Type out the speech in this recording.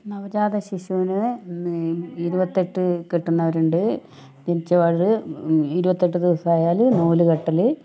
നവജാത ശിശുവിന് ഇന്ന് ഇരുപത്തെട്ട് കെട്ടുന്നവരുണ്ട് ജനിച്ചപാട് ഇരുപത്തെട്ട് ദിവസമായാൽ നൂല്കെട്ടൽ